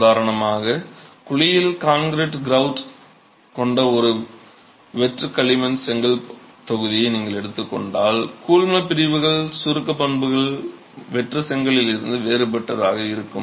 உதாரணமாக குழியில் concrete grout கொண்ட ஒரு வெற்று களிமண் செங்கல் தொகுதியை நீங்கள் எடுத்துக் கொண்டால் கூழ்மப்பிரிப்புகளின் சுருக்க பண்புகள் வெற்று செங்கலில் இருந்து வேறுபட்டதாக இருக்கும்